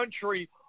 country